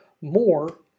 More